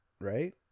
right